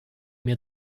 mir